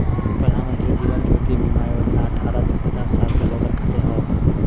प्रधानमंत्री जीवन ज्योति बीमा योजना अठ्ठारह से पचास साल के लोगन खातिर हौ